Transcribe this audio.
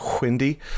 windy